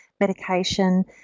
medication